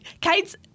Kate's